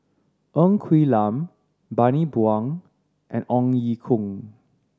Ng Quee Lam Bani Buang and Ong Ye Kung